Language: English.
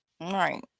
Right